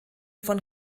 von